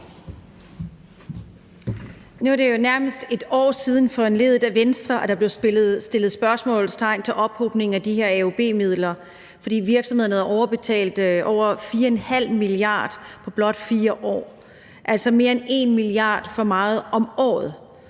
Nu er det jo nærmest et år siden, at der, foranlediget af Venstre, blev stillet spørgsmålstegn ved ophobningen af de her AUB-midler, fordi virksomhederne havde overbetalt over 4,5 mia. kr. på blot 4 år, altså mere end 1 mia. kr. for meget om året.